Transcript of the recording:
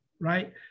right